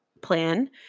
plan